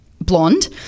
blonde